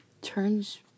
turns